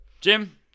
Jim